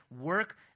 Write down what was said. work